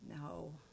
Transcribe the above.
No